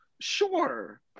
Sure